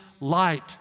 light